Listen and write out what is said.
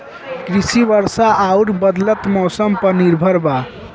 कृषि वर्षा आउर बदलत मौसम पर निर्भर बा